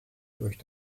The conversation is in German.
durch